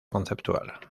conceptual